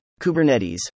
Kubernetes